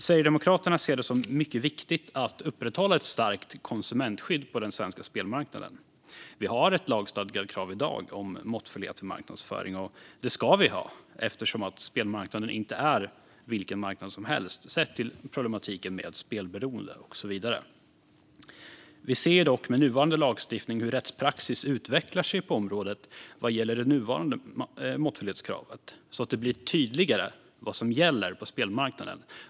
Sverigedemokraterna ser det som mycket viktigt att upprätthålla ett starkt konsumentskydd på den svenska spelmarknaden. Vi har ett lagstadgat krav i dag om måttfullhet vid marknadsföring, och det ska vi ha eftersom spelmarknaden inte är vilken marknad som helst sett till problematiken med spelberoende och så vidare. Vi ser dock med nuvarande lagstiftning hur rättspraxis utvecklar sig på området vad gäller det nuvarande måttfullhetskravet, så att det blir tydligare vad som gäller på spelmarknaden.